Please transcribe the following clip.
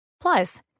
Plus